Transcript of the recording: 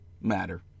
matter